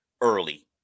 early